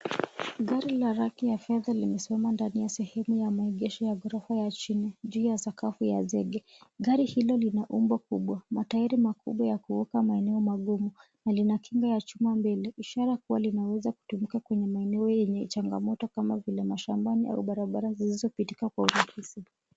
Gari la rangi ya fedha limesimama ndani ya sehemu ya maegesho ya ghorofa ya chini juu ya sakafu ya zege. Gari hilo lina umbo kubwa, matairi makubwa ya kuvuka maeneo magumu na lina kinga ya chuma mbele ishara kuwa linaweza kutumika kwenye maeneo yenye changamoto kama vile mashambani au barabarani zisizopitika kwa urahisi.